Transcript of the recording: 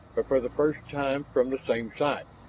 but for the first time from the same side,